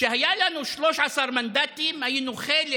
כשהיו לנו 13 מנדטים היינו חלק